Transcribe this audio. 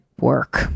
work